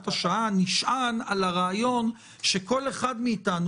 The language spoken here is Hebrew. השעה נשען על הרעיון שכל אחד מאיתנו,